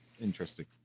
interesting